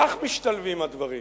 כך משתלבים הדברים,